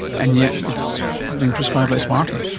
and yet it's been prescribed like smarties.